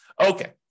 Okay